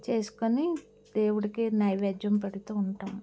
చేసుకొని దేవుడికి నైవేద్యం పెడుతూ ఉంటాం